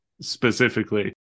specifically